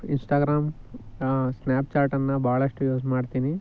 Instagram ಸ್ನ್ಯಾಪ್ಚಾರ್ಟನ್ನು ಭಾಳಷ್ಟು use ಮಾಡ್ತೀನಿ